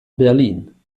berlin